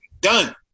done